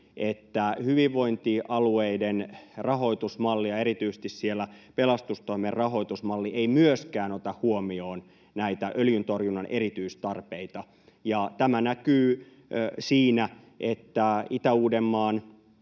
että hyvinvointialueiden rahoitusmalli ja siellä erityisesti pelastustoimen rahoitusmalli eivät myöskään ota huomioon näitä öljyntorjunnan erityistarpeita. Tämä näkyy siinä, että Itä-Uudenmaan